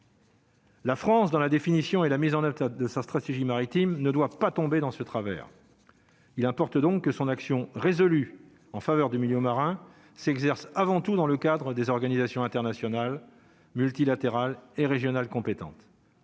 La France dans la définition et la mise en alerte de sa stratégie maritime ne doit pas tomber dans ce travers, il importe donc que son action résolue en faveur du milieu marin s'exerce avant tout dans le cadre des organisations internationales multilatérales et régionales compétentes